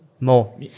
More